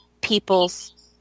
people's